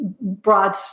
broad